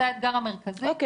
זה האתגר המרכזי,